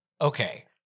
Okay